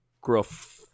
gruff